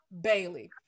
Bailey